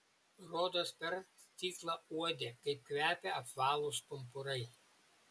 rodos per stiklą uodė kaip kvepia apvalūs pumpurai